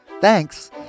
Thanks